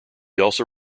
also